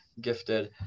gifted